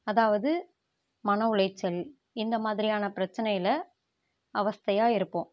அதாவது மன உளைச்சல் இந்த மாதிரியான பிரச்சனையில் அவஸ்தையாக இருக்கும்